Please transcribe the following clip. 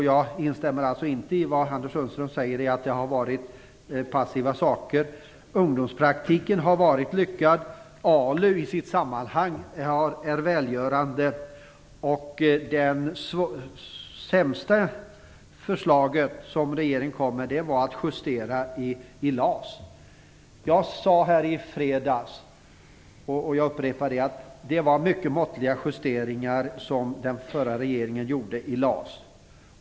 Jag instämmer inte i det Anders Sundström säger om att det har varit passiva saker. Ungdomspraktiken har varit lyckad. ALU är välgörande i sitt sammanhang. Det sämsta förslag som regeringen kom med var förslaget att justera i LAS. Jag sade här i fredags och jag upprepar nu att det var mycket måttliga justeringar som den förra regeringen gjorde i LAS.